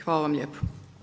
Hvala vam lijepo.